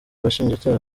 bashinjacyaha